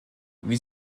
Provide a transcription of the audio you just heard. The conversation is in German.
wie